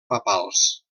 papals